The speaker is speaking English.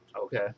Okay